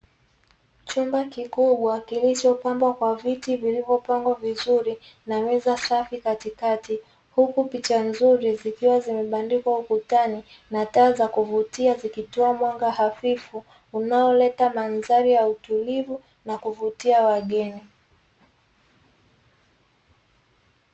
Chumba kikubwa kilichopambwa kwa viti vilivyopangwa kwa mpangilio mzuri na meza safi katikati huku picha nzuri zikiwa zimebandikwa ukutani na taa za kuvutia zikitioa mwanga hafifu unaoleta mandhari ya utulivu ya kuvutia wageni.